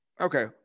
okay